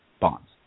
Bonds